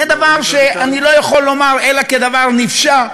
זה דבר שאני לא יכול לומר אלא שהוא דבר נפשע.